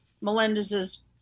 Melendez's